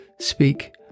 Speak